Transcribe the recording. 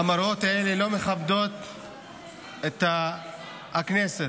-- המראות האלה לא מכבדים את הכנסת,